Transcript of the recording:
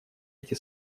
эти